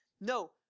No